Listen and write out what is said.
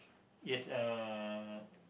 yes uh